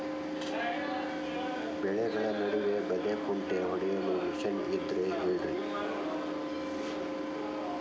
ಬೆಳೆಗಳ ನಡುವೆ ಬದೆಕುಂಟೆ ಹೊಡೆಯಲು ಮಿಷನ್ ಇದ್ದರೆ ಹೇಳಿರಿ